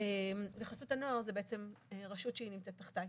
חסות הנוער זה בעצם רשות שנמצאת תחתיי,